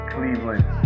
Cleveland